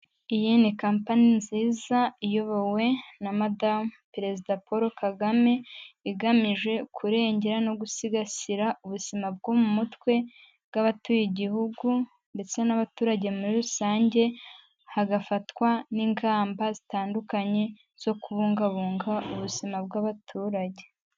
Iyi ni company nziza iyobowe na Madamu Perezida Paul Kagame, igamije kurengera no gusigasira ubuzima bwo mu mutwe bw'abatuye igihugu ndetse n'abaturage muri rusange, hagafatwa n'ingamba zitandukanye zo kubungabunga ubuzima bw'abaturage.